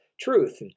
truth